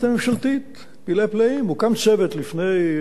פלאי פלאים: הוקם צוות לפני מספר ניכר של חודשים.